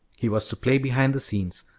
he was to play behind the scenes,